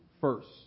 first